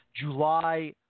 July